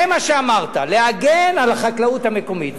זה מה שאמרת, להגן על החקלאות המקומית.